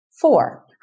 Four